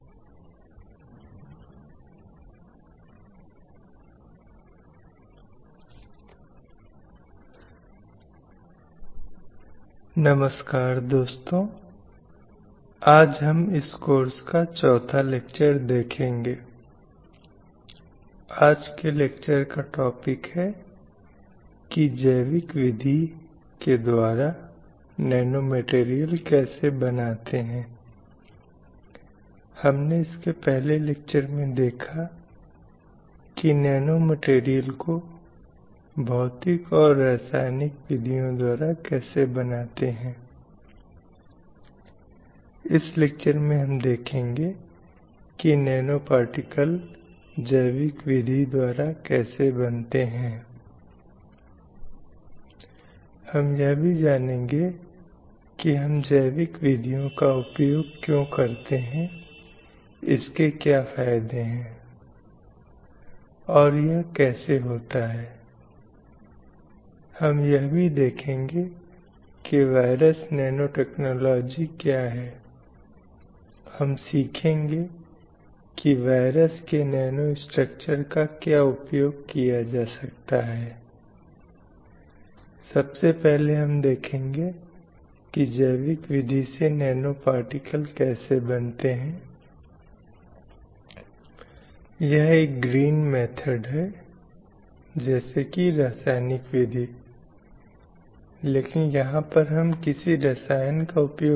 NPTEL NPTEL online प्रमाणन पाठ्यक्रम NPTEL online certification course लैंगिक न्याय एवं कार्यस्थल सुरक्षा पर पाठ्यक्रम course on gender justice and workplace security Prodipa Dubey द्वारा राजीव गांधी बौद्धिक संपदा कानून विद्यालय Rajiv Gandhi school of intellectual property law I I T Kharagpur व्याख्यान 02 लैंगिक न्याय जेंडर जस्टिस का परिचय जारी Contd नमस्कार प्यारे छात्रों मैं आपका लैंगिक न्याय और कार्यस्थल सुरक्षा पर पाठ्यक्रम में फिर से स्वागत करती हूँ